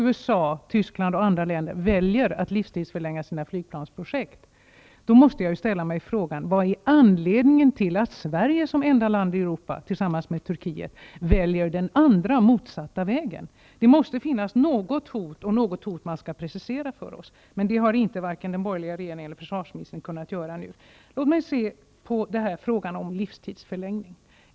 USA, Tyskland och andra länder väljer att livstidsförlänga sina flygplansprojekt. Jag ställer då frågan: Vad är anledningen till att Sverige som enda land i Europa tillsammans med Turkiet väljer den motsatta vägen? Det måste finnas något hot som man bör precisera för oss. Med det har varken den borgerliga regeringen eller försvarsministern kunnat göra. Låt mig ta upp frågan om livstidsförlängning.